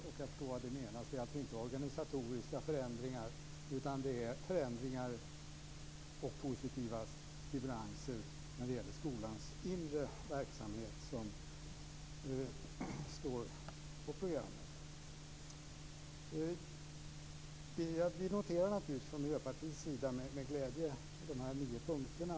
Jag förstår vad som menas. Det är alltså inte organisatoriska förändringar, utan det är förändringar och positiva stimulanser när det gäller skolans inre verksamhet som står på programmet. Vi noterar naturligtvis från Miljöpartiets sida med glädje de nio punkterna.